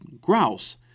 grouse